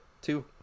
Two